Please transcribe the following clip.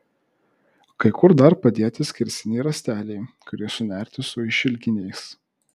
kai kur dar padėti skersiniai rąsteliai kurie sunerti su išilginiais